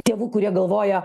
tėvų kurie galvoja